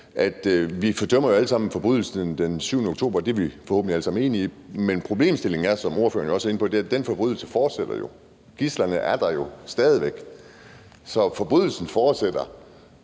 alle sammen forbrydelsen den 7. oktober, det er vi forhåbentlig alle sammen enige i, men problemstillingen, hvilket ordføreren jo også er inde på, at den forbrydelse fortsætter, altså at gidslerne jo stadig væk er der. Så forbrydelsen fortsætter,